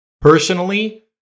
Personally